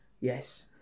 yes